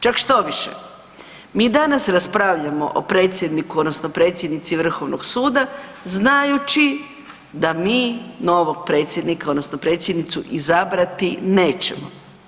Čak štoviše mi danas raspravljamo o predsjedniku odnosno predsjednici Vrhovnog suda znajući da mi novog predsjednika odnosno predsjednicu izabrati nećemo.